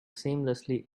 seamlessly